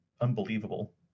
unbelievable